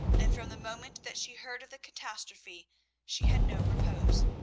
and from the moment that she heard of the catastrophe she had no repose.